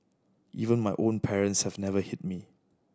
even my own parents have never hit me